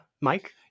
mike